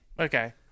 Okay